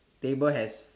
table has